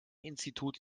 institut